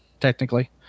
technically